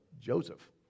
Joseph